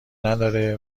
نداره